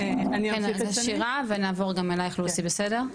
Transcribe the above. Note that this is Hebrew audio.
שירה ונעבור גם אליך לוסי בסדר?